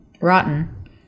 rotten